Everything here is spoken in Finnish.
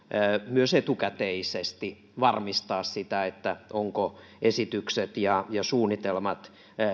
myös etukäteisesti varmistaa sitä ovatko esitykset ja suunnitelmat